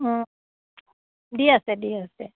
অঁ দি আছে দি আছে